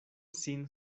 sin